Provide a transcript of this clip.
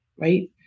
Right